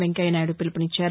వెంకయ్యనాయుడు పిలుపునిచ్చారు